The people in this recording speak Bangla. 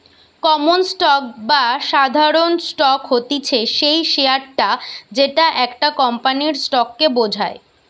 কমন স্টক বা সাধারণ স্টক হতিছে সেই শেয়ারটা যেটা একটা কোম্পানির স্টক কে বোঝায়